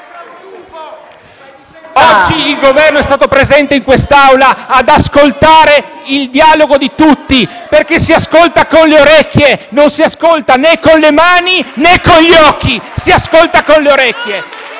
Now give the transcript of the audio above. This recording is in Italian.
Oggi il Governo è stato presente in quest'Aula ad ascoltare il contributo di tutti, perché si ascolta con le orecchie e non si ascolta con le mani, né con gli occhi. *(Applausi dai Gruppi